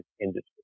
industry